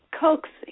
coaxing